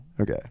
Okay